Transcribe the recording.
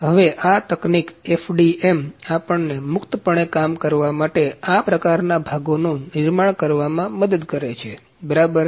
તેથી હવે આ તકનીક FDM આપણને મુક્તપણે કામ કરવા માટે આ પ્રકારના ભાગોનું નિર્માણ કરવામાં મદદ કરે છે બરાબર